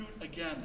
again